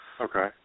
Okay